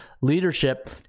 leadership